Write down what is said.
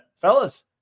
fellas